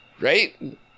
right